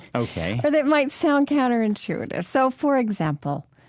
ok, or that might sound counterintuitive. so for example,